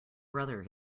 brother